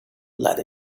lead